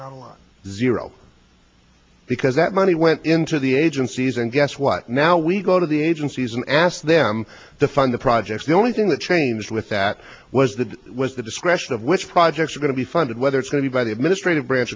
zero because that money went into the agencies and guess what now we go to the agencies and ask them to fund the projects the only thing that changed with that was that was the discretion of which projects are going to be funded whether it's going to buy the administrative branch